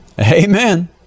Amen